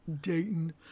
Dayton